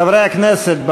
חברי הכנסת,